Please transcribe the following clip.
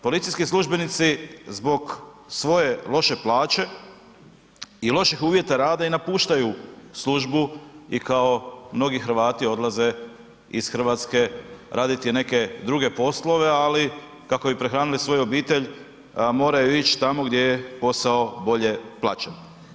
Policijski službenici zbog svoje loše plaće i loših uvjeta rada i napuštaju službi i kao mnogi Hrvati odlaze iz Hrvatske raditi neke druge poslove, ali kako bi prehranili svoju obitelj moraju ići tamo gdje je posao bolje plaćen.